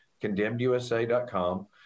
condemnedusa.com